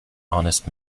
honest